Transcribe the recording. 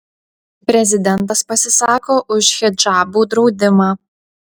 prezidentas pasisako už hidžabų draudimą